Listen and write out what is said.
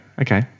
Okay